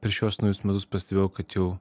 per šiuos naujus metus pastebėjau kad jau